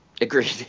Agreed